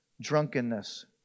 drunkenness